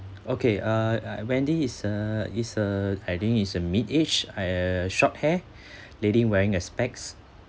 okay uh uh wendy is a is a I think is a mid aged uh short hair lady wearing a specs